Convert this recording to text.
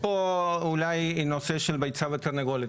יש פה אולי נושא של ביצה ותרנגולת.